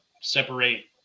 separate